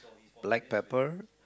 black pepper